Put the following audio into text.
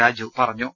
രാജു പറഞ്ഞു